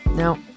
Now